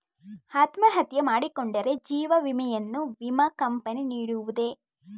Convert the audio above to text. ಅತ್ಮಹತ್ಯೆ ಮಾಡಿಕೊಂಡರೆ ಜೀವ ವಿಮೆಯನ್ನು ವಿಮಾ ಕಂಪನಿ ನೀಡುವುದೇ?